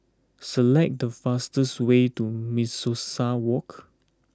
select the fastest way to Mimosa Walk